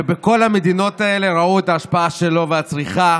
ובכל המדינות האלה ראו את ההשפעה שלו, והצריכה